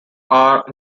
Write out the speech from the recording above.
are